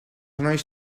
nois